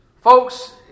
Folks